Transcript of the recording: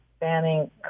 banning